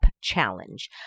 challenge